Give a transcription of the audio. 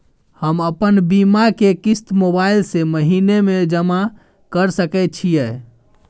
हम अपन बीमा के किस्त मोबाईल से महीने में जमा कर सके छिए?